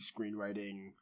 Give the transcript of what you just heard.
screenwriting